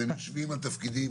אתם יושבים על תפקידים,